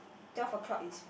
twelve o-clock is